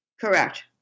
Correct